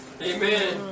Amen